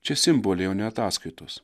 čia simboliai o ne ataskaitos